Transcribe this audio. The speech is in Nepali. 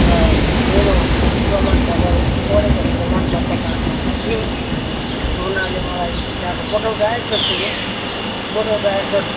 र मेरो प्रमाणपत्र पढेको प्रमाणपत्र मागे दिएँ उनीहरूले मलाई त्यहाँको बोर्ड अफ डाइरेक्टर चुन्यो बोर्ड अफ डाइरेक्टर